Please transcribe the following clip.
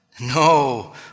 No